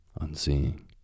Unseeing